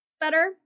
better